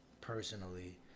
Personally